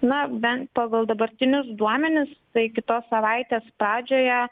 na bent pagal dabartinius duomenis tai kitos savaitės pradžioje